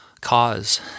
cause